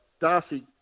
Darcy